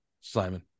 Simon